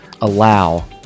allow